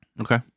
Okay